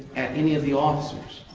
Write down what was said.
at any of the officers.